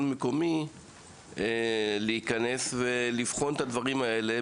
מקומי להיכנס ולבחון את הדברים האלה,